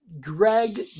Greg